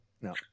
no